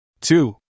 Two